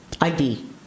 ID